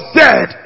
dead